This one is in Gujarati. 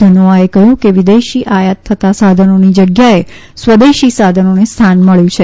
ધનોઆએ કહ્યું કે વિદેશી આયાત થતાં સાધનોની જગ્યાએ સ્વદેશી સાધનોને સ્થાન મબ્યું છે